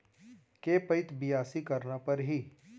के पइत बियासी करना परहि?